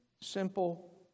simple